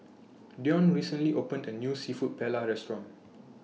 Deon recently opened A New Seafood Paella Restaurant